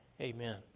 amen